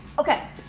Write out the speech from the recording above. Okay